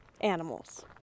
animals